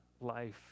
life